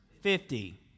Fifty